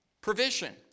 provision